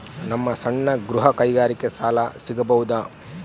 ನಮ್ಮ ಸಣ್ಣ ಗೃಹ ಕೈಗಾರಿಕೆಗೆ ಸಾಲ ಸಿಗಬಹುದಾ?